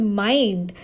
mind